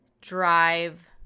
drive